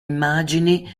immagini